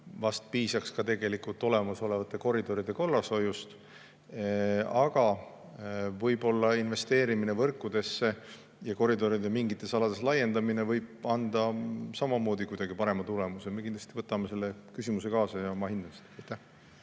on, piisaks vast ka olemasolevate koridoride korrashoiust. Aga võib-olla investeerimine võrkudesse ja koridoride mingites alades laiendamine võiks anda samamoodi parema tulemuse. Me kindlasti võtame selle küsimuse kaasa ja me hindame